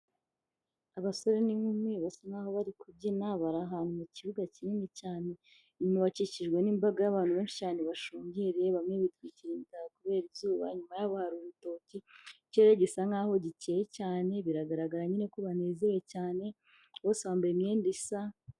Abasore n'inkumi basa n'aho bari kubyina bari ahantu mu kibuga kinini cyane, inyuma bakikijwe n'imbaga y'abantu benshi cyane bashungereye bamwe bitwikira imitaka kubera izuba. Inyuma y'abo hari urutoki, ikirere gisa nk'aho gikeye cyane. Biragaragara nyine ko banezerewe cyane bose bambaye imyenda isa.